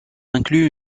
inclut